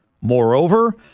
Moreover